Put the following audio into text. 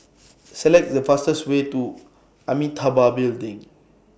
Select The fastest Way to Amitabha Building